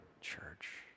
church